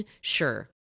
sure